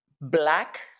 black